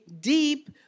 deep